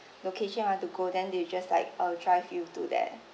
location you want to go then they'll just like uh drive you to there